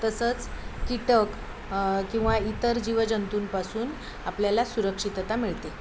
तसेच कीटक किंवा इतर जीव जंतूंपासून आपल्याला सुरक्षितता मिळते